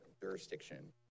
jurisdiction